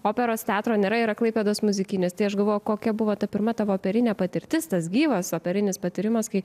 operos teatro nėra yra klaipėdos muzikinis tai aš galvoju kokia buvo ta pirma tavo operinė patirtis tas gyvas operinis patyrimas kai